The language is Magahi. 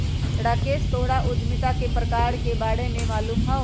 राकेश तोहरा उधमिता के प्रकार के बारे में मालूम हउ